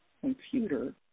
computer